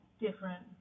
different